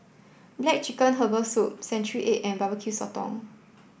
Black Chicken Herbal Soup Century Egg and Barbecue Sotong